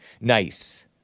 Nice